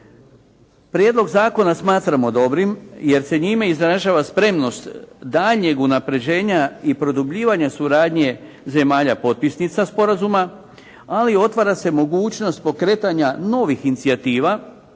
Prijedlog zakona smatramo dobrim, jer se njime izražava spremnost daljnjeg unapređenja i produbljivanja suradnje zemalja potpisnica Sporazuma. Ali otvara se mogućnost pokretanja novih inicijativa